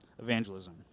evangelism